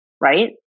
Right